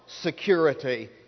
security